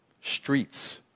streets